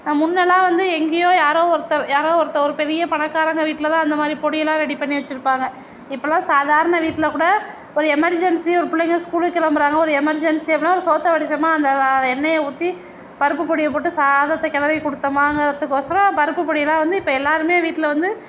முன்னெல்லாம் வந்து எங்கேயோ யாரோ ஒருத்தர் யாரோ ஒருத்தர் ஒரு பெரிய பணக்காரங்க வீட்டில் தான் அந்த மாதிரி பொடியெல்லாம் ரெடி பண்ணி வெச்சுருப்பாங்க இப்போல்லா சாதாரண வீட்டில் கூட ஒரு எமர்ஜென்சி ஒரு பிள்ளைங்க ஸ்கூலுக்கு கிளம்புறாங்க ஒரு எமர்ஜென்சி அப்படின்னா ஒரு சோற்றை வடித்தோமா அந்த எண்ணையை ஊற்றி பருப்பு பொடியைப் போட்டு சாதத்தை கிளரி கொடுத்தோமாங்கிறத்துக்கோசம் பருப்பு பொடியெல்லாம் வந்து இப்போ எல்லோருமே வீட்டில் வந்து